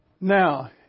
Now